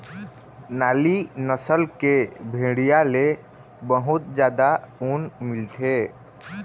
नाली नसल के भेड़िया ले बहुत जादा ऊन मिलथे